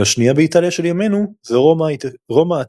והשנייה באיטליה של ימינו, זו רומא העתיקה.